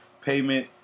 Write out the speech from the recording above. payment